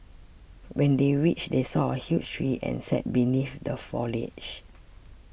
when they reached they saw a huge tree and sat beneath the foliage